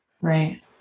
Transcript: Right